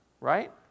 right